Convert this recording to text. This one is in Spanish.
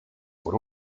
por